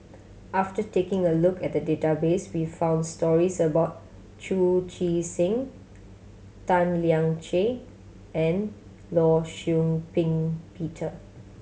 after taking a look at the database we found stories about Chu Chee Seng Tan Lian Chye and Law Shau Ping Peter